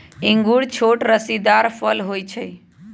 इंगूर छोट रसीदार फल होइ छइ